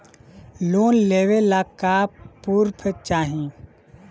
Loan लेवे ला का पुर्फ चाही?